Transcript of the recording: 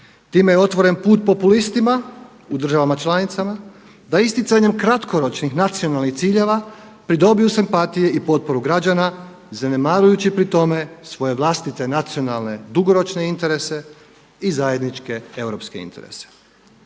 Time je otvoren put populistima u državama članicama da isticanjem kratkoročnih nacionalnih ciljeva pridobiju simpatije i potporu građana zanemarujući pri tome svoje vlastite nacionalne dugoročne interese i zajedničke europske interese.